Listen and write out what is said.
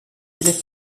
élèves